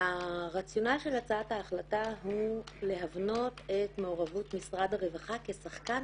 הרציונל של הצעת ההחלטה הוא להבנות את מעורבות משרד הרווחה כשחקן